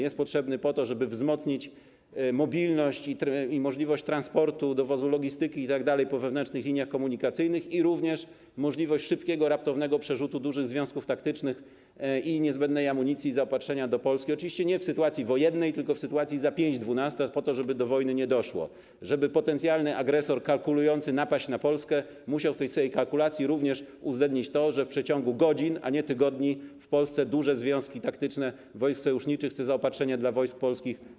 Jest potrzebny po to, żeby wzmocnić mobilność i możliwość transportu, dowozu, logistyki itd. po wewnętrznych liniach komunikacyjnych, jak również wzmocnić możliwości szybkiego, raptownego przerzutu dużych związków taktycznych, niezbędnej amunicji i zaopatrzenia do Polski, oczywiście nie w sytuacji wojennej, tylko w sytuacji typu: za pięć dwunasta, tak żeby do wojny nie doszło, żeby potencjalny agresor kalkulujący opłacalność napaści na Polskę musiał w tej swojej kalkulacji również uwzględnić to, że w przeciągu godzin, a nie tygodni, bardzo szybko mogą się pojawić w Polsce duże związki taktyczne wojsk sojuszniczych czy zaopatrzenie dla wojsk polskich.